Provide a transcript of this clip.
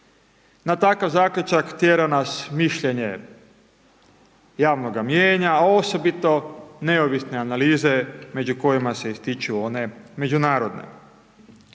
Na takav zaključak tjera nas mišljenje javnoga mijenja a osobito neovisne analize među kojima se ističu one međunarodne.